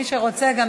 מה יש לך להגיד,